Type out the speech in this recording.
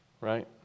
right